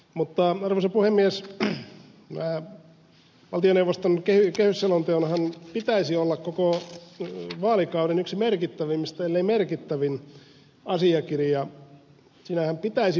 mutta arvoisa puhemies valtioneuvoston kehysselonteonhan pitäisi olla koko vaalikauden yksi merkittävimmistä ellei merkittävin asiakirja